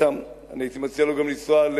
הייתי מציע לו לנסוע,